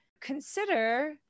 consider